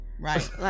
right